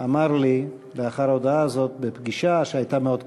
אמר לי לאחר ההודעה הזאת, בפגישה שהייתה מאוד קשה,